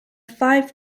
five